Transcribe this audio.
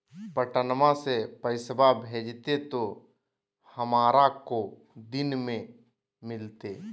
पटनमा से पैसबा भेजते तो हमारा को दिन मे मिलते?